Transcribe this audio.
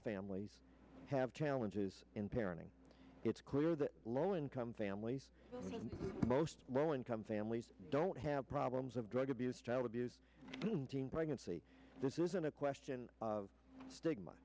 families have challenges in parenting it's clear that low income families most low income families don't have problems of drug abuse child abuse pregnancy this isn't a question of stigma